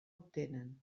obtenen